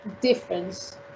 difference